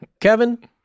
Kevin